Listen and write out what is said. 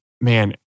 man